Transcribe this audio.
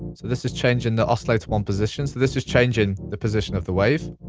so this is changing the oscillator one position, so this is changing the position of the wave.